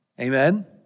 Amen